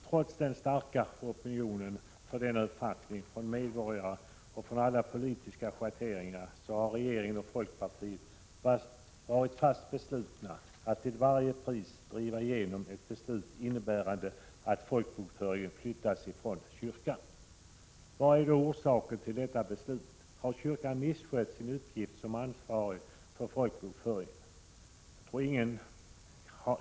Trots den starka opinionen bakom denna uppfattning, från medborgares och från alla politiska schatteringars sida, har regeringen och folkpartiet varit fast beslutna att till varje pris driva igenom ett beslut, innebärande att folkbokföringen flyttas från kyrkan. Vad är då orsaken till detta beslut? Har kyrkan misskött sin uppgift som ansvarig för folkbokföringen?